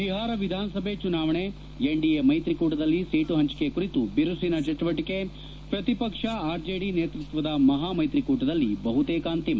ಬಿಹಾರ ವಿಧಾನಸಭೆ ಚುನಾವಣೆ ಎನ್ಡಿಎ ಮೈತ್ರಿಕೂಟದಲ್ಲಿ ಸೀಟು ಹಂಚಿಕೆ ಕುರಿತು ಬಿರುಸಿನ ಚಟುವಟಿಕೆ ಪ್ರತಿಪಕ್ಷ ಆರ್ಜೆಡಿ ನೇತೃತ್ವದ ಮಹಾಮ್ವೆತ್ರಿಕೂಟದಲ್ಲಿ ಬಹುತೇಕ ಅಂತಿಮ